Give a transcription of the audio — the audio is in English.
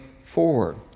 forward